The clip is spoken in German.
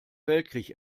weltkrieg